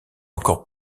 encore